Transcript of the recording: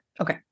Okay